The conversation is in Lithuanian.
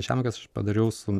žemuoges aš padariau su